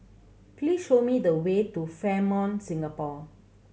please show me the way to Fairmont Singapore